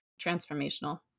transformational